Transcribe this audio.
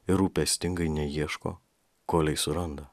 ir rūpestingai neieško kolei suranda